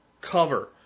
cover